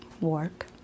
work